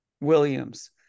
Williams